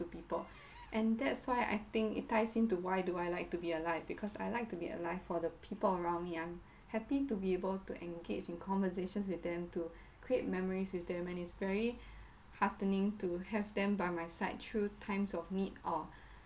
to people and that's why I think it ties in to why do I like to be alive because I like to be alive for the people around me I'm happy to be able to engage in conversations with them to create memories with them and its very heartening to have them by my side through times of need or